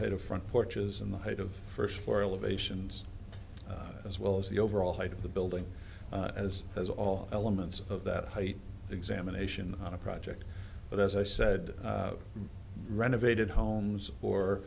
height of front porches and the height of the first floor elevations as well as the overall height of the building as has all elements of that height examination on a project but as i said renovated homes or